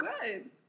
good